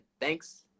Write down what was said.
thanks